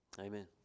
Amen